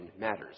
matters